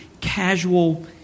casual